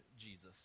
Jesus